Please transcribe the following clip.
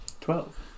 twelve